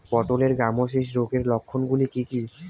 পটলের গ্যামোসিস রোগের লক্ষণগুলি কী কী?